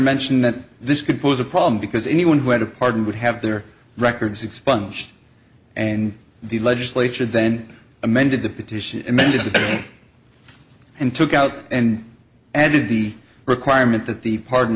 mentioned that this could pose a problem because anyone who had a pardon would have their records expunged and the legislature then amended the petition amended it and took out and added the requirement that the pardon